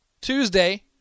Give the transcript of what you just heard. Tuesday